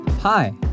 Hi